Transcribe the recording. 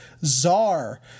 Czar